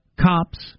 cops